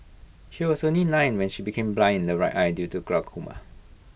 she was only nine when she became blind in her right eye due to glaucoma